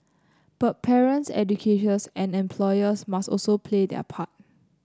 but parents educators and employers must also play their part